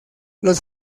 los